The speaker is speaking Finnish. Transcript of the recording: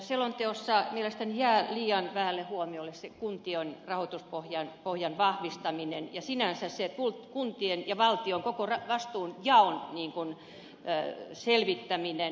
selonteossa mielestäni jää liian vähälle huomiolle se kuntien rahoituspohjan vahvistaminen ja sinänsä se kuntien ja valtion koko vastuunjaon selvittäminen